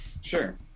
sure